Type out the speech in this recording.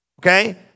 Okay